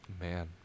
man